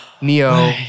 Neo